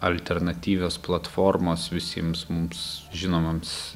alternatyvios platformos visiems mums žinomoms